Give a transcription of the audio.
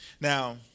Now